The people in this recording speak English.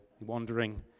wandering